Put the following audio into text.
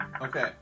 Okay